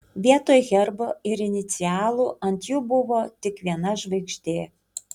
vietoj herbo ir inicialų ant jų buvo tik viena žvaigždė